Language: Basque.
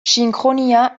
sinkronia